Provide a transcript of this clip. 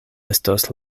estos